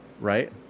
right